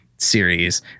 series